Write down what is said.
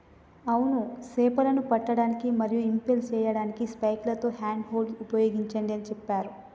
అవును సేపలను పట్టడానికి మరియు ఇంపెల్ సేయడానికి స్పైక్లతో హ్యాండ్ హోల్డ్ ఉపయోగించండి అని సెప్పారు